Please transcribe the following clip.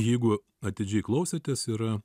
jeigu atidžiai klausėtės yra